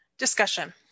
Discussion